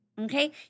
Okay